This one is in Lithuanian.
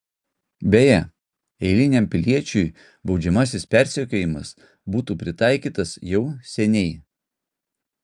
beje eiliniam piliečiui baudžiamasis persekiojimas būtų pritaikytas jau seniai